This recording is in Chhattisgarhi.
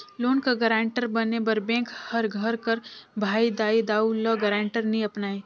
लोन कर गारंटर बने बर बेंक हर घर कर भाई, दाई, दाऊ, ल गारंटर नी अपनाए